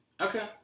Okay